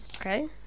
Okay